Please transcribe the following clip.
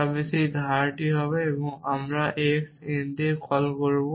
তবে সেই ধারাটি হবে এবং আমরা x n দিয়ে কল করব